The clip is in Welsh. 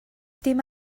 dim